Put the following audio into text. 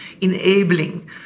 enabling